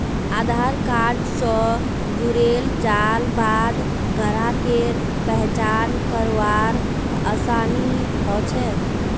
आधार card स जुड़ेल जाल बाद ग्राहकेर पहचान करवार आसानी ह छेक